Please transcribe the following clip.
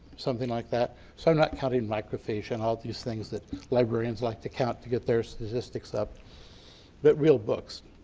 something like that, so i'm not counting microphage and all these things that librarians like to count to get their statistics up but real books.